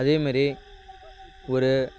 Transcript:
அதே மாரி ஒரு